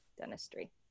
dentistry